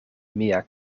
mia